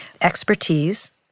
expertise